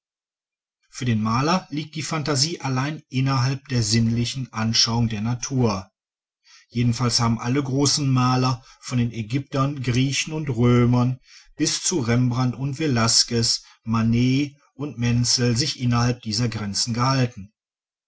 für den maler liegt die phantasie allein innerhalb der sinnlichen anschauung der natur jedenfalls haben alle großen maler von den ägyptern griechen und römern bis zu rembrandt und velasquez manet und menzel sich innerhalb dieser grenzen gehalten